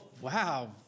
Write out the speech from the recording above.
wow